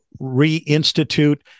reinstitute